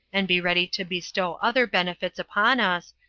and be ready to bestow other benefits upon us,